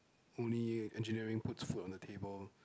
only engineering puts food on the table